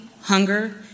hunger